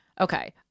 Okay